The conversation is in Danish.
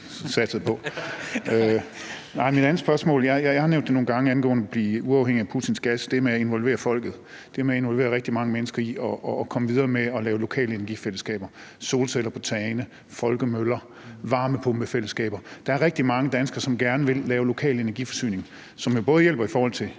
Jeg har nogle gange nævnt det med at blive uafhængig af Putins gas og det med at involvere folket, det med at involvere rigtig mange mennesker i at komme videre med at lave lokale energifællesskaber – lave solcelleanlæg på tagene, folkemøller, varmepumpefællesskaber. Der er rigtig mange danskere, som gerne vil have lokal energiforsyning, hvilket jo både er hjælpsomt i forhold til